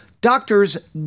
doctors